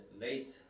late